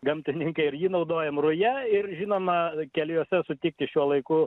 gamtininkai ir jį naudojame rują ir žinoma keliuose sutikti šiuo laiku